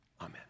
Amen